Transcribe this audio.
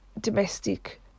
domestic